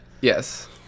yes